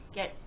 get